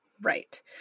Right